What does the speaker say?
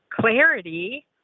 clarity